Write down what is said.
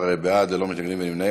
12 בעד, ללא מתנגדים וללא נמנעים.